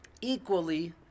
equally